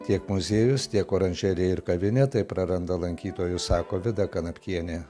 tiek muziejus tiek oranžerija ir kavinė taip praranda lankytojus sako vida kanapkienė